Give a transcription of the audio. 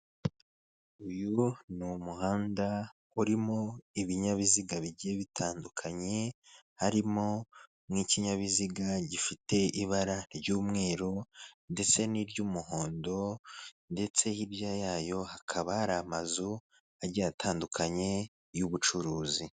Uyu ni umuhanda urimo ibinyabiziga bigiye bitandukanye harimo nk'ikinyabiziga gifite ibara ry'umweru ndetse n'iry'umuhondo ndetse hiryayayo hakaba hari amazu agiye atandukanye y'ubucuruzi.